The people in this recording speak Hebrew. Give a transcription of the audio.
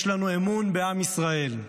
יש לנו אמון בעם ישראל.